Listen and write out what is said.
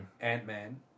Ant-Man